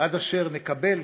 עד אשר נקבל